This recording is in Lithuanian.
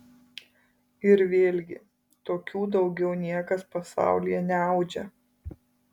ir vėlgi tokių daugiau niekas pasaulyje neaudžia